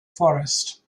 forest